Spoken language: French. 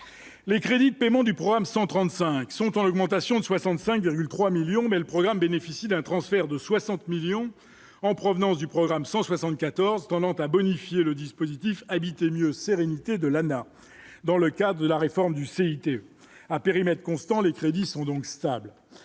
les crédits de paiement du programme 135 sont en augmentation de 65,3 millions mais le programme bénéficie d'un transfert de 60 millions en provenance du programme 174 un bonifié le dispositif Habiter mieux sérénité de l'Lana dans le cas de la réforme du CICE à périmètre constant, les crédits sont donc stable